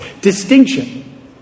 distinction